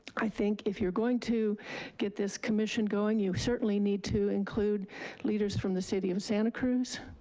i think if you're going to get this commission going, you certainly need to include leaders from the city of santa cruz.